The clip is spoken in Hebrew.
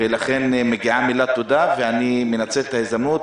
לכן מגיעה מילת תודה ואני מנצל את ההזדמנות